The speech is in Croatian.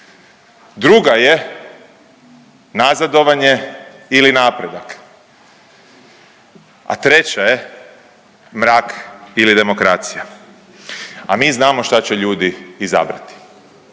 druga je nazadovanje ili napredak, a treća je mrak ili demokracija, a mi znamo šta će ljudi izabrati.